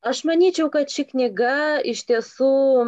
aš manyčiau kad ši knyga iš tiesų